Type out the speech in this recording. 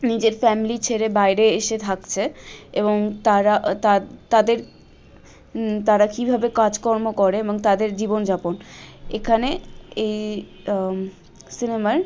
নিজের ফ্যামিলি ছেড়ে বাইরে এসে থাকছে এবং তারা তাদের তারা কীভাবে কাজকর্ম করে এবং তাদের জীবনযাপন এখানে এই সিনেমায়